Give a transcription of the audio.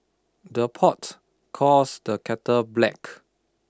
the pot calls the kettle black